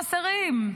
חסרים.